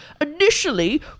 initially